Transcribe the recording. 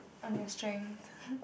on your strength